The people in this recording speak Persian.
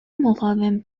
مقاوم